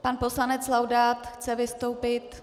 Pan poslanec Laudát chce vystoupit.